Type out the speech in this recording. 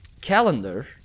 calendar